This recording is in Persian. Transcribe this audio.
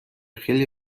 خیلی